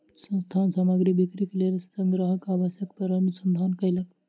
संस्थान सामग्री बिक्रीक लेल ग्राहकक आवश्यकता पर अनुसंधान कयलक